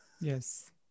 Yes